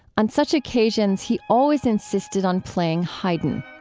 on such occasions, he always insisted on playing haydn.